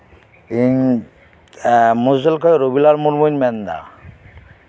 ᱤᱧ ᱢᱚᱦᱤᱥᱰᱷᱟᱞ ᱠᱷᱚᱱ ᱨᱚᱵᱤᱞᱟᱞ ᱢᱩᱨᱢᱩᱧ ᱞᱟᱹᱭ ᱫᱟ